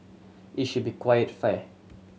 it should be quite fair